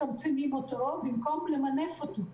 במקום למנף אותו.